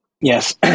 Yes